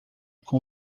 com